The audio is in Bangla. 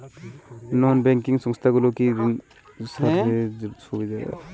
নন ব্যাঙ্কিং সংস্থাগুলো কি স্বর্ণঋণের সুবিধা রাখে?